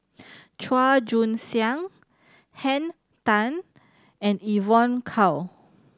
Chua Joon Siang Henn Tan and Evon Kow